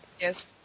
yes